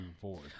forward